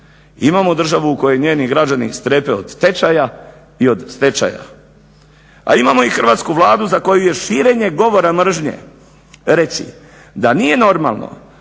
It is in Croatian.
imamo državu u kojoj njeni građani strepe od tečaja i od stečaja. A imamo i Hrvatsku Vladu za koju je širenje govora mržnje reći da nije normalno